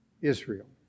Israel